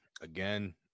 again